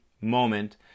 moment